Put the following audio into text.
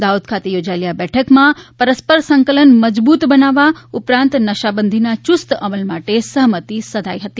દાહોદ ખાતે યોજાયેલી આ બેઠકમાં પરસ્પર સંકલન મજબૂત બનાવા ઉપરાંત નશાબંધીનાં યુસ્ત અમલ માટે સહમતી સધાઈ હતી